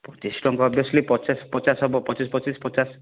ପଚିଶି ଟଙ୍କା ଓଭିଅସ୍ଲି ପଚାଶ ପଚାଶ ହବ ପଚିଶି ପଚିଶି ପଚାଶ